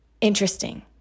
interesting